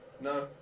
No